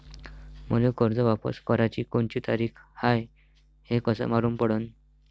मले कर्ज वापस कराची कोनची तारीख हाय हे कस मालूम पडनं?